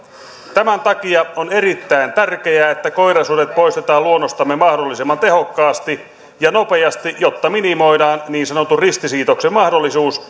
tämän takia on erittäin tärkeää että koirasudet poistetaan luonnostamme mahdollisimman tehokkaasti ja nopeasti jotta minimoidaan niin sanotun ristisiitoksen mahdollisuus